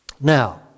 Now